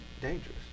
dangerous